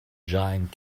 giant